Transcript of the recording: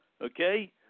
okay